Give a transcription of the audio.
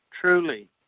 truly